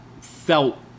felt